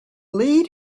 lead